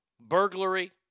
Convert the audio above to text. burglary